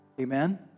Amen